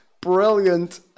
Brilliant